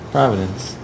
Providence